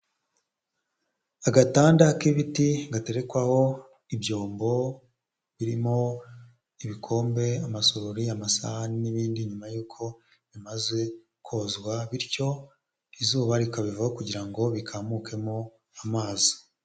Agatanda k'ibiti gaterekwaho ibyombo birimo ibikombe, amasorori, amasahani n'ibindi nyuma y'uko bimaze kozwa, bityo izuba rikabivaho kugira ngo bikamukemo amazi.